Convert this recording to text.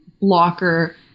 blocker